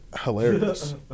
hilarious